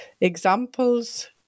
examples